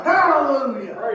Hallelujah